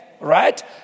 right